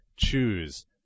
choose